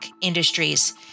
Industries